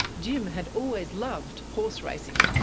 jim had always loved horse-racing.